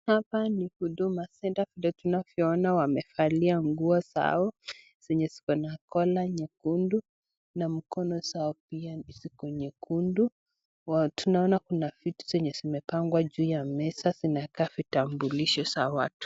Hapa ni Huduma Center, vile tunaona wamevalia nguo zao zenye ziko na kola nyekundu na mkono zao pia ni nyekundu. Tunaona vitu zenye zimepangwa kwa meza zinakaa vitambulisho za watu.